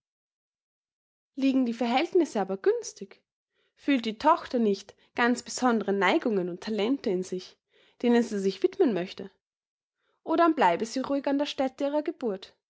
liegen die verhältnisse aber günstig fühlt die tochter nicht ganz besondre neigungen und talente in sich denen sie sich widmen möchte o dann bleibe sie ruhig an der stätte ihrer geburt